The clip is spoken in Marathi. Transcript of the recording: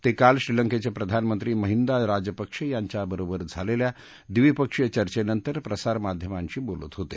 ते काल श्रीलंकेचे प्रधानमंत्री महिंदा राजपक्षे यांच्या बरोबर झालेल्या द्विपक्षीय चर्चेनंतर प्रसार माध्यमांशी बोलत होते